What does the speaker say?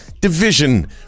division